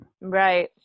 Right